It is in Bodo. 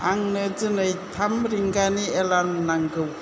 आंनो दिनै थाम रिंगानि एलार्म नांगौ